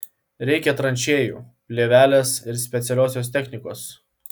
reikia tranšėjų plėvelės ir specialiosios technikos